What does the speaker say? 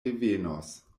revenos